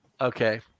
Okay